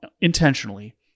intentionally